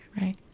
right